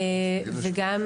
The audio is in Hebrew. בנוסף,